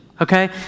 Okay